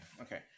okay